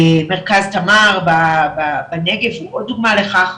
מרכז תמר בנגב הוא עוד דוגמא לכך,